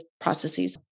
processes